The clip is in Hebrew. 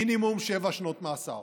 מינימום שבע שנות מאסר.